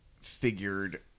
figured